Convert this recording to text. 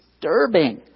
disturbing